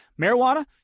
Marijuana